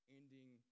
ending